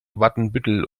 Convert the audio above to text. watenbüttel